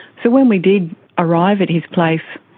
so when we did arrive at his place,